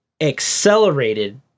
accelerated